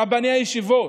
רבני הישיבות,